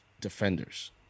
defenders